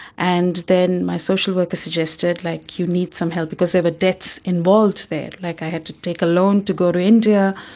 and then my social worker suggested, like, you need some help, because there were debts involved there, like i had to take a loan to go to india,